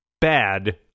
bad